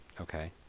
Okay